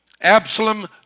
Absalom